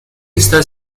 está